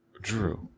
Drew